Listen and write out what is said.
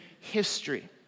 history